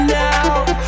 now